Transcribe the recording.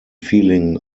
feeling